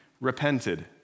repented